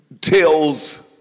tells